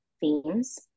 themes